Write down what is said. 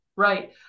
Right